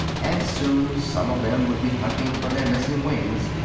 and soon some of them would be hunting for their missing wings.